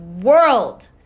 world